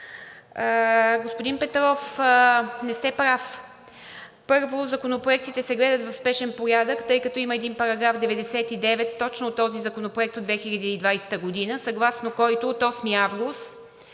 Господин Петров, не сте прав. Първо, законопроектите се гледат в спешен порядък, тъй като има един § 99 – точно от този законопроект от 2020 г., съгласно който от 8 август